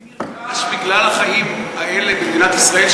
אני נרגש בגלל החיים האלה במדינת ישראל,